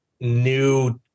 new –